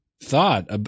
thought